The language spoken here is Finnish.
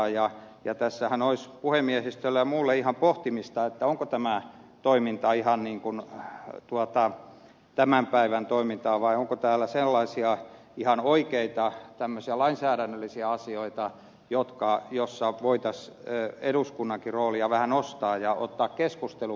tässähän olisi puhemiehistöllä ja muilla ihan pohtimista onko tämä toiminta ihan tämän päivän toimintaa vai onko täällä sellaisia ihan oikeita lainsäädännöllisiä asioita joissa voitaisiin eduskunnankin roolia vähän nostaa ja ottaa keskusteluun keskeiset asiat